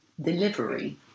delivery